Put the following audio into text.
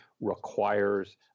requires